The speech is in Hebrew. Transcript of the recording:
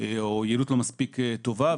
או יעילות לא מספיק טובה.